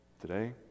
Today